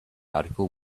article